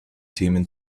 themen